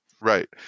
Right